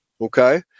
Okay